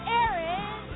Aaron